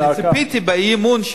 אני ציפיתי באי-אמון,